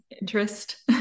interest